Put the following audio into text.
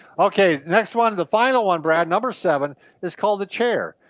okay next one, the final one brad, number seven is called the chair.